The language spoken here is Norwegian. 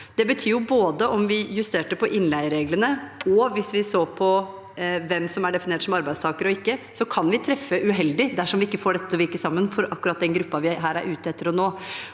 Det betyr at både om vi justerer på innleiereglene, og om vi ser på hvem som er definert som arbeidstaker og ikke, kan vi treffe uheldig dersom vi ikke får dette til å virke sammen for akkurat den gruppen vi her er ute etter å nå.